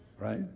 Right